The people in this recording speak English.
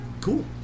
cool